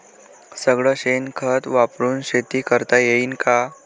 सगळं शेन खत वापरुन शेती करता येईन का?